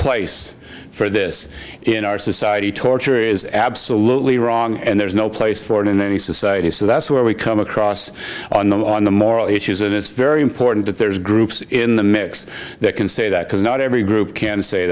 place for this in our society torture is absolutely wrong and there's no place for it in any society so that's where we come across on the on the moral issues and it's very important that there's groups in the mix that can say that because not every group can say